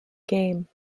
game